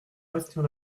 bastien